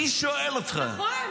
אבל: מי שואל אותךָ,